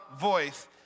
voice